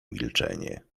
milczenie